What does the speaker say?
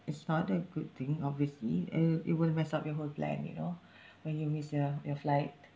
it's not a good thing obviously uh it will mess up your whole plan you know when you miss your your flight